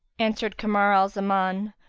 answered kamar al zaman,